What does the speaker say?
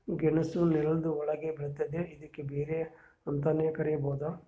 ಗೆಣಸ್ ನೆಲ್ದ ಒಳ್ಗ್ ಬೆಳಿತದ್ ಇದ್ಕ ಬೇರ್ ಅಂತಾನೂ ಕರಿಬಹುದ್